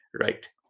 right